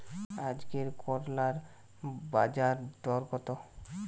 আজকে করলার বাজারদর কত?